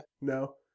no